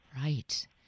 Right